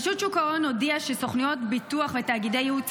רשות שוק ההון הודיעה שסוכנויות ביטוח ותאגידי ייעוץ